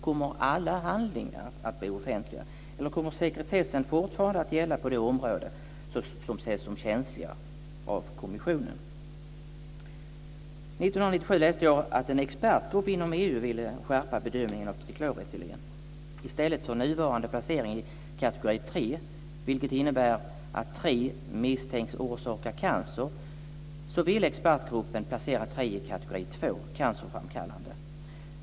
Kommer alla handlingar att bli offentliga, eller kommer sekretessen fortfarande att gälla på de områden som ses som känsliga av kommissionen? År 1997 läste jag att en expertgrupp inom EU skulle skärpa bedömningen av trikloretylen. I stället för nuvarande placering i kategori 3, vilket innebär att tri misstänks orsaka cancer, ville expertgruppen placera tri i kategori 2, cancerframkallande.